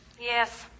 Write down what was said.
Yes